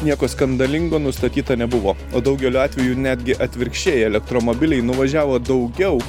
nieko skandalingo nustatyta nebuvo o daugeliu atvejų netgi atvirkščiai elektromobiliai nuvažiavo daugiau